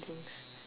meetings